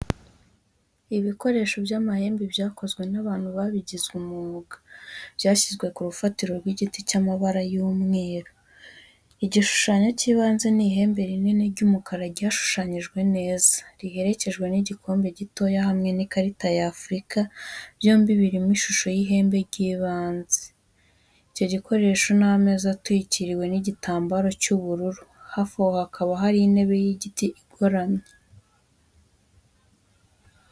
Ibikoresho by'amahembe byakozwe n'abantu babigize umwuga byashyizwe ku rufatiro rw'igiti cy'amabara y'umweru. Igishushanyo cy'ibanze ni ihembe rinini ry'umukara ryashushanyijwe neza, riherekejwe n'igikombe gitoya hamwe n'ikarita ya Afurika byombi birimo ishusho y'ihembe ry'ibanze. Icyo gikoresho meza atwikiriwe n'igitambaro cy'ubururu, hafi aho hakaba hari intebe y'igiti igoramye.